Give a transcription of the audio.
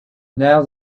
now